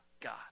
God